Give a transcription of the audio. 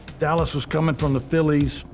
dallas was coming from the phillies.